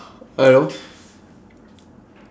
hello